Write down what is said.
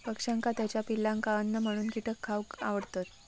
पक्ष्यांका त्याच्या पिलांका अन्न म्हणून कीटक खावक आवडतत